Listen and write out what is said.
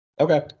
Okay